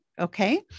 okay